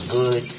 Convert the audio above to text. good